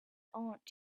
aunt